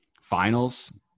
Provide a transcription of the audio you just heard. finals